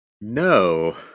No